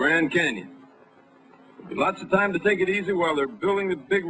grand canyon lots of time to take it easy